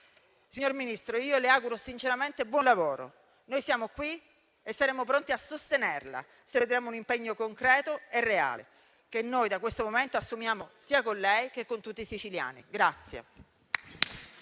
Signor Ministro, le auguro sinceramente buon lavoro; siamo qui e saremo pronti a sostenerla, se vedremo un impegno concreto e reale, che noi da questo momento assumiamo, sia con lei sia con tutti i siciliani.